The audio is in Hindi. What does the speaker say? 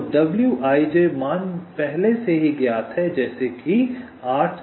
तो wij मान पहले से ही ज्ञात हैं जैसे कि 8 10 3 और 3